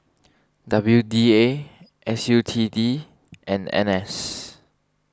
W D A S U T D and N S